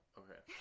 okay